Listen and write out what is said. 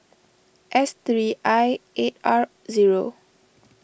S three I eight R zero